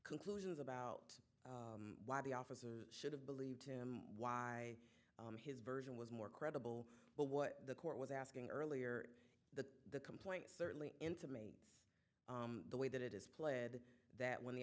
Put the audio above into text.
conclusions about why the officer should have believed him why his version was more credible but what the court was asking earlier in the complaint certainly intimate the way that it is pled that when the